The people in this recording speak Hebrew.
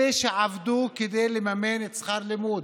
אלה שעבדו כדי לממן את שכר הלימוד,